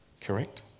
Correct